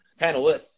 panelists